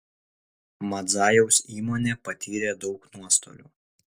madzajaus įmonė patyrė daug nuostolių